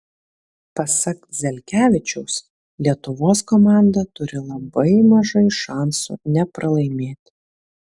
pasak zelkevičiaus lietuvos komanda turi labai mažai šansų nepralaimėti